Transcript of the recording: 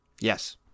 Yes